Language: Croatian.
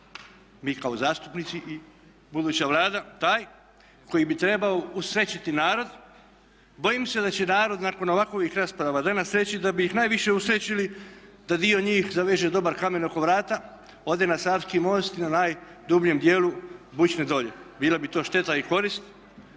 mi kao zastupnici i buduća Vlada taj koji bi trebao usrećiti narod bojim se da će narod nakon ovakvih rasprava danas reći da bi ih najviše usrećili da dio njih zaveže dobar kamen oko vrata, ode na Savski most i na najdubljem dijelu bućne dolje. Bila bi to šteta i korist,